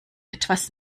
etwas